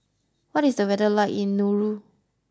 what is the weather like in Nauru